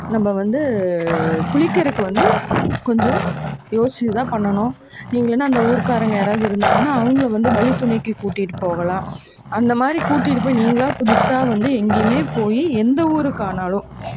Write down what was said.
நம்ம வந்து குளிக்கறதுக்கு வந்து கொஞ்சம் யோசித்து தான் பண்ணணும் நீங்கள் இல்லைனா அந்த ஊர்க்காரங்க யாராவது இருந்தாங்கன்னா அவங்கள வந்து வழி துணைக்கு கூட்டிட்டு போகலாம் அந்தமாதிரி கூட்டிட்டு போய் நீங்களாக புதுசாக வந்து எங்கேயுமே போய் எந்த ஊருக்கு ஆனாலும்